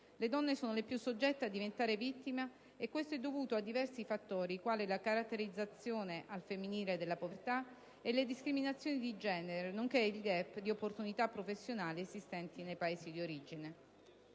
Le donne sono le più soggette a diventare vittima e questo è dovuto a diversi fattori, quali la caratterizzazione al femminile della povertà, le discriminazioni di genere, nonché il *gap* di opportunità professionali esistenti nei Paesi di origine.